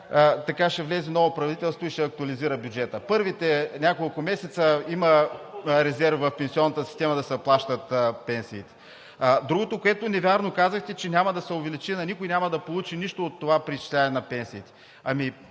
края ще влезе ново правителство и ще актуализира бюджета. За първите няколко месеца има резерв в пенсионната система да се плащат пенсиите. Другото, което невярно казахте, че няма да се увеличи, никой няма да получи нищо от това преизчисляване на пенсиите. Не